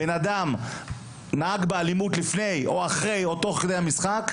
אדם נהג באלימות לפני המשחק או תוך כדי או אחרי המשחק,